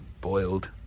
Boiled